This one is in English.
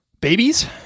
Babies